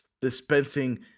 dispensing